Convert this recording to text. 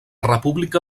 república